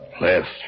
Left